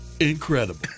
incredible